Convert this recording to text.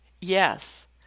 yes